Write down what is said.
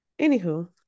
Anywho